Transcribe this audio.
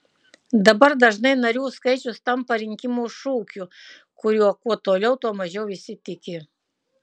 dabar dažnai narių skaičius tampa rinkimų šūkiu kuriuo kuo toliau tuo mažiau visi tiki